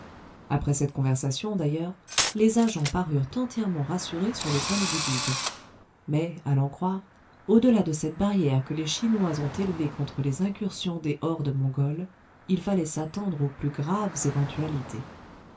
après cette conversation d'ailleurs les agents parurent entièrement rassurés sur le compte du guide mais à l'en croire au-delà de cette barrière que les chinois ont élevée contre les incursions des hordes mongoles il fallait s'attendre aux plus graves éventualités